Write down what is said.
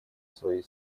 своей